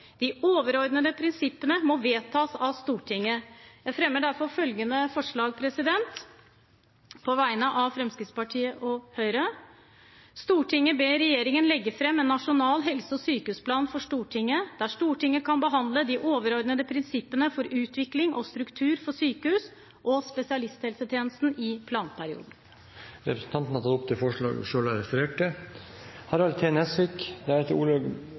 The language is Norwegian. De overordnede prinsippene må vedtas av Stortinget. Jeg fremmer derfor følgende forslag på vegne av Fremskrittspartiet og Høyre: «Stortinget ber regjeringen legge fram en nasjonal helse- og sykehusplan for Stortinget, der Stortinget kan behandle de overordnede prinsipper for utvikling og struktur for sykehus og spesialisthelsetjenesten i planperioden.» Representanten Kristin Ørmen Johnsen har tatt opp det forslaget hun refererte til.